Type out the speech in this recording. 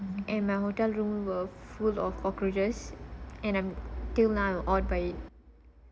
and my hotel room were full of cockroaches and I'm till now awed by it